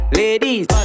ladies